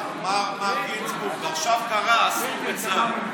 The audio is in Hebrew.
מר גינזבורג, עכשיו קרה אסון בצה"ל.